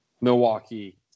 Milwaukee